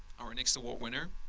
our next award winner.